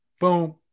Boom